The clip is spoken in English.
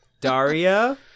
Daria